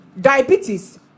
diabetes